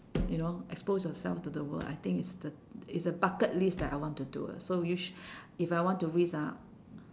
you know expose yourself to the world I think is the is a bucket list that I want to do ah so risk if I want to risk ah